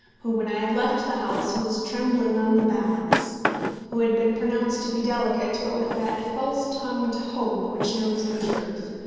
who, when i had left the house, was trembling on the balance who had been pronounced to be delicate, but with that false-tongued hope which knows the truth,